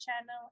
Channel